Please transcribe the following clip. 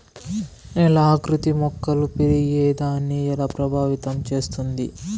నేల ఆకృతి మొక్కలు పెరిగేదాన్ని ఎలా ప్రభావితం చేస్తుంది?